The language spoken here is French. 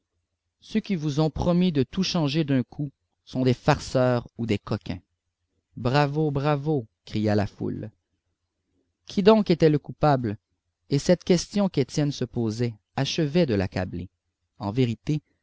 ceux qui vous ont promis de tout changer d'un coup sont des farceurs ou des coquins bravo bravo cria la foule qui donc était le coupable et cette question qu'étienne se posait achevait de l'accabler en vérité